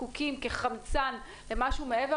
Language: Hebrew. זקוקים כחמצן למשהו מעבר,